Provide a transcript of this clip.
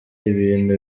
ibintu